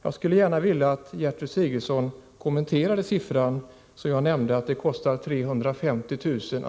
Jag skulle gärna vilja att Gertrud Sigurdsen kommenterade siffrorna jag nämnde; att det kostar 350 000 kr.